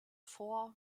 fort